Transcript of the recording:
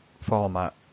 format